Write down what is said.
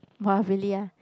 !wah! really ah